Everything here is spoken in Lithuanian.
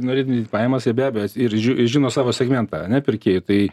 norėdami pajamas ir be abejo ir ži žino savo segmentą ane pirkėjų tai